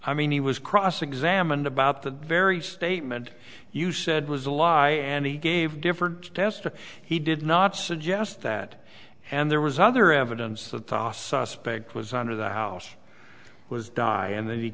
i mean he was cross examined about the very statement you said was a lie and he gave different tests to he did not suggest that and there was other evidence of toss suspect was under the house was dying and the